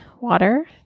water